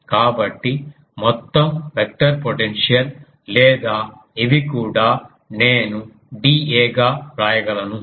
కాబట్టి మొత్తం vector potential లేదా ఇవి కూడా నేను dA గా వ్రాయగలను